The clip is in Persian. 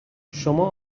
شما